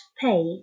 pay